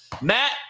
Matt